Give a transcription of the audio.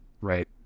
Right